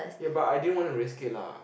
ya but I didn't want to risk it lah